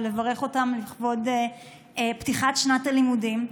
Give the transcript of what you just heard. ולברך אותם לכבוד פתיחת שנת הלימודים.